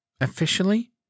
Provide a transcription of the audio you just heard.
Officially